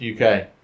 UK